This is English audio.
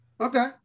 Okay